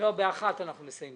מיליון שקלים